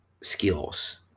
skills